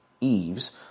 Eves